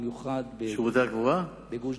במיוחד בגוש-דן.